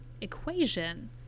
equation